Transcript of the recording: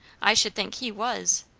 i should think he was,